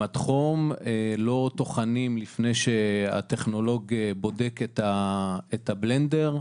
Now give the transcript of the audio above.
לא טוחנים לפני שהטכנולוג בודק את הבלנדר.